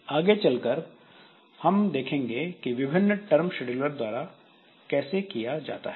आगे चलकर हम देखेंगे कि यह विभिन्न टर्म शेड्यूलर द्वारा कैसे किया जाता है